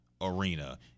arena